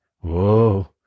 whoa